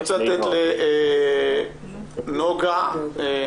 אני רוצה לתת לנגה עקל,